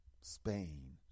Spain